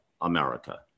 America